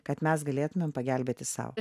kad mes galėtumėm pagelbėti sau